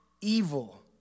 evil